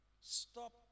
Stop